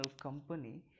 company